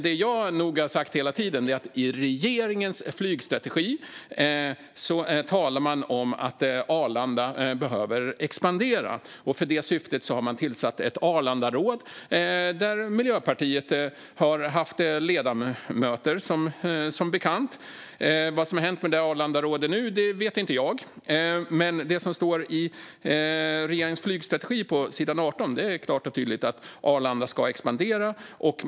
Det jag nog har sagt hela tiden är att i regeringens flygstrategi talar man om att Arlanda behöver expandera. För det syftet har man tillsatt ett Arlandaråd där Miljöpartiet som bekant har haft ledamöter. Vad som har hänt med detta Arlandaråd nu vet inte jag, men i regeringens flygstrategi på s. 18 står det klart och tydligt att Arlanda ska expandera.